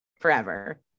forever